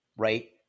right